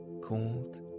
called